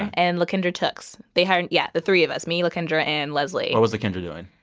and lakendra tookes. they hired yeah the three of us, me, lakendra and leslie what was like and doing?